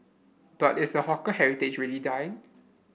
but is the hawker heritage really die